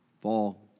fall